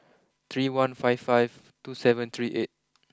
three one five five two seven three eight